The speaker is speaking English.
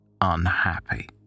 unhappy